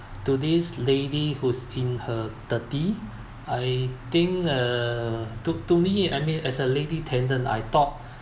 to this lady who's in her thirty I think uh took to me I mean as a lady tenant I thought